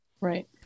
Right